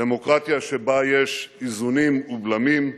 דמוקרטיה שבה יש איזונים ובלמים,